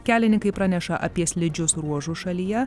kelininkai praneša apie slidžius ruožus šalyje